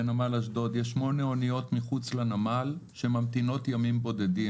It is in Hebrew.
בנמל אשדוד יש שמונה אוניות מחוץ לנמל שממתינות ימים בודדים.